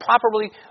properly